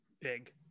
big